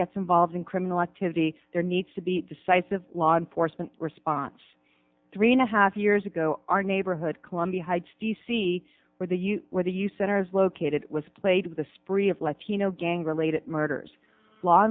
gets involved in criminal activity there needs to be decisive law enforcement response three and a half years ago our neighborhood columbia heights d c where the you whether you center is located was plagued with a spree of latino gang related murders law